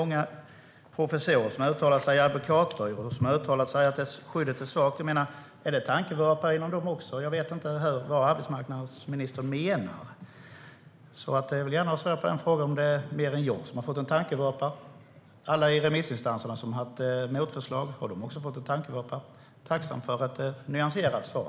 Många professorer och advokatbyråer har uttalat sig om att skyddet är svagt. Är det en tankevurpa från dem också? Jag vet inte vad arbetsmarknadsministern menar. Jag skulle gärna vilja ha svar på om det är fler än jag som har gjort en tankevurpa. Alla i remissinstanserna som kommit med motförslag - har de också gjort en tankevurpa? Jag skulle vara tacksam för ett nyanserat svar.